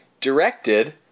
directed